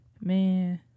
man